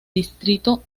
distrito